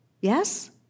Yes